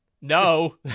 no